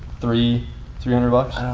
three three hundred bucks?